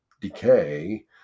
decay